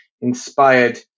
inspired